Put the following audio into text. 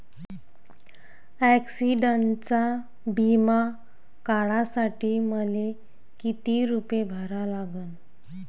ॲक्सिडंटचा बिमा काढा साठी मले किती रूपे भरा लागन?